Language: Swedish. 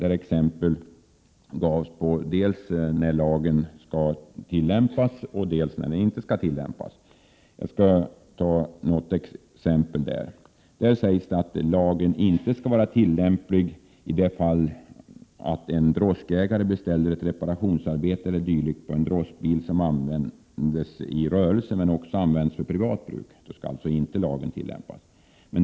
Där finns exempel på dels när lagen skall tillämpas, dels när den inte skall tillämpas. Det sägs t.ex. att lagen inte skall vara tillämplig i det fall en droskägare beställer ett reparationsarbete e. d. för den droskbil som används både i hans rörelse och privat. I det fallet skall lagen alltså inte tillämpas.